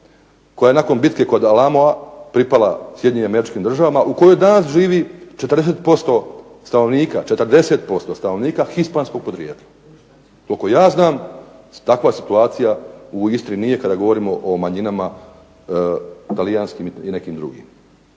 koja je nakon bitke kod Alamoa pripala SAD-u u kojoj danas živi 40% stanovnika, 40% stanovnika hispanskog podrijetla. Koliko ja znam takva situacija u Istri nije kada govorimo o manjinama talijanskim i nekim drugim.